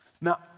Now